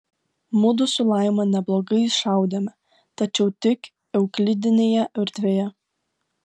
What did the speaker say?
mudu su laima neblogai šaudėme tačiau tik euklidinėje erdvėje